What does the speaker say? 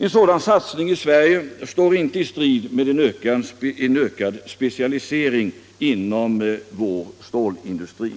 En sådan satsning i Sverige står inte i strid med en ökad specialisering inom vår stålindustri.